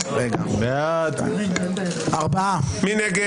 מי נגד?